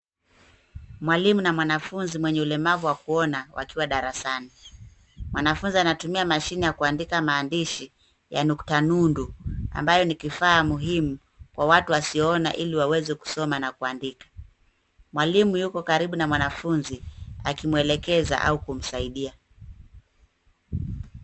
Mwalimu na mwanafunzi mwenye ulemavu wa kuona wakiwa darasani. Mwanafunzi anatumia mashine ya kuandika maandishi ya nukta nundu ambayo ni kifaa muhimu kwa watu wasioona ili waweze kusoma na kuandika. Mwalimu yuko karibu na mwanafunzi akimwelekeza au kumsaidia.